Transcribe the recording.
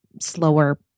slower